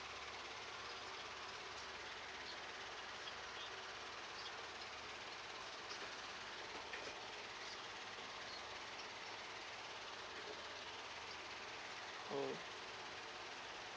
oh